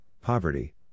poverty